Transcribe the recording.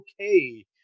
okay